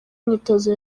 imyitozo